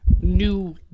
new